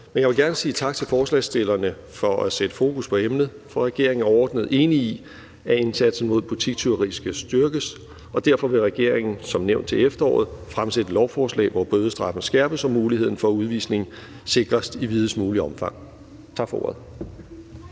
Men jeg vil gerne sige tak til forslagsstillerne for at sætte fokus på emnet, for regeringen er overordnet enig i, at indsatsen mod butikstyveri skal styrkes. Derfor vil regeringen som nævnt til efteråret fremsætte et lovforslag, hvor bødestraffen skærpes og muligheden for udvisning sikres i videst muligt omfang. Tak for ordet.